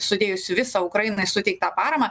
sudėjus visą ukrainai suteiktą paramą